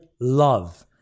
Love